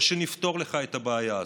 או שנפתור לך את הבעיה הזאת.